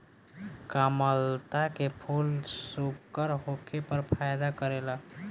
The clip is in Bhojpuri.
कामलता के फूल शुगर होखे पर फायदा करेला